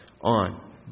on